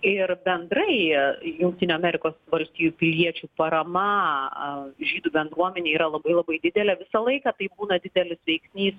ir bendrai jungtinių amerikos valstijų piliečių parama a žydų bendruomenė yra labai labai didelė visą laiką tai būna didelis veiksnys